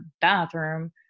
bathroom